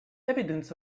evidence